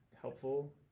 helpful